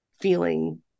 feeling